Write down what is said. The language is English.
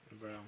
Bro